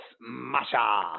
Masha